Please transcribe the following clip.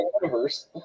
universe